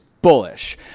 bullish